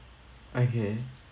okay